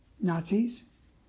Nazis